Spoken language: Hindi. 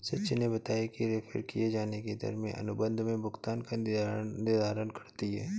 सचिन ने बताया कि रेफेर किये जाने की दर में अनुबंध में भुगतान का निर्धारण करती है